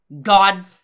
God